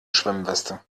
schwimmweste